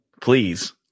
Please